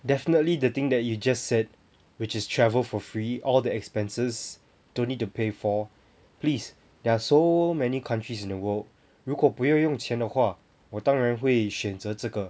definitely the thing that you just said which is travel for free all the expenses don't need to pay for please there are so many countries in the world 如果不要用钱的话我当然会选择这个